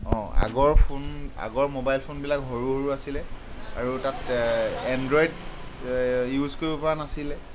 অঁ আগৰ ফোন আগৰ মবাইল ফোনবিলাক সৰু সৰু আছিলে আৰু তাত এণ্ড্ৰইড ইউজ কৰিব পৰা নাছিলে